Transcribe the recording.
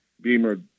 Beamer